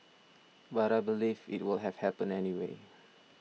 but I believe it would have happened anyway